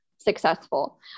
successful